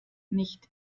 nicht